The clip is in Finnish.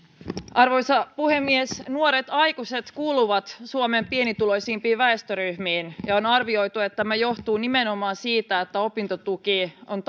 arvoisa puhemies nuoret aikuiset kuuluvat suomen pienituloisimpiin väestöryhmiin ja on arvioitu että tämä johtuu nimenomaan siitä että opintotuki on